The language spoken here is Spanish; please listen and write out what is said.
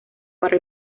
para